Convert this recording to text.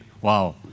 wow